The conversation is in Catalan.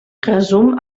resum